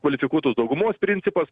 kvalifikuotos daugumos principas